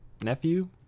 Nephew